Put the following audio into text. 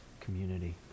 community